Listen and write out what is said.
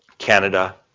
canada,